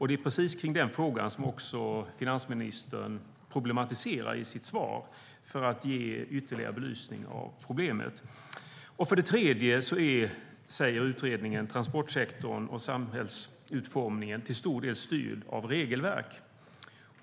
Det är precis den frågan finansministern problematiserar i sitt svar för att belysa problemet ytterligare. För det tredje säger utredningen att transportsektorn och samhällsutformningen till stor del styrs av regelverk.